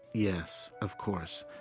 yes. of course.